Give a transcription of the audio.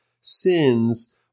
sins